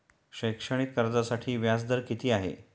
शैक्षणिक कर्जासाठी व्याज दर किती आहे?